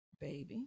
Baby